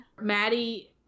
Maddie